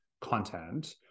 content